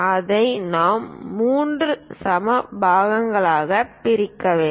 அதை நாம் மூன்று சம பாகங்களாக பிரிக்க வேண்டும்